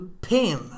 pin